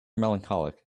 melancholic